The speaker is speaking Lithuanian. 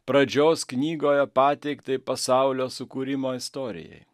pradžios knygoje pateiktai pasaulio sukūrimo istorijai